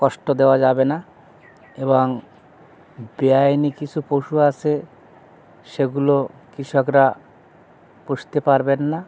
কষ্ট দেওয়া যাবে না এবং বেআইনি কিছু পশু আছে সেগুলো কৃষকরা পুষতে পারবেন না